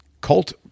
cult